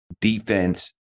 defense